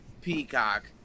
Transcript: Peacock